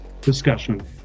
discussion